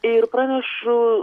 ir pranešu